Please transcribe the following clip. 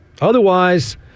Otherwise